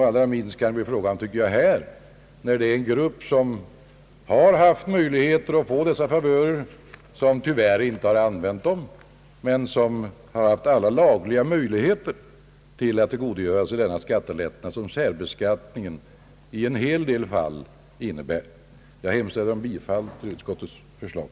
Allra minst tycker jag att vi här, där det gäller en grupp som har haft möjligheter att få dessa favörer men inte har använt dem, kan tillämpa ett retroaktivt förfarande. Denna grupp har haft alla lagliga möjligheter att tillgodogöra sig den skattelättnad som särbeskattningen i en hel del fall innebär. Jag hemställer om bifall till utskottets förslag.